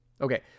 Okay